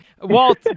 Walt